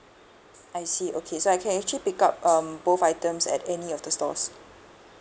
I see okay so I can actually pick up um both items at any of the stores